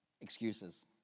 Excuses